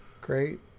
Great